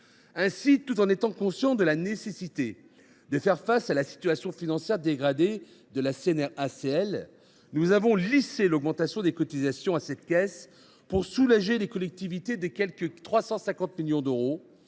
Ainsi, tout en étant conscient de la nécessité de faire face à la situation financière dégradée de la CNRACL, nous avons lissé l’augmentation des cotisations à cette caisse pour soulager les collectivités de quelque 350 millions d’euros,